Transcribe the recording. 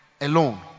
alone